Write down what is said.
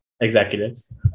executives